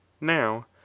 now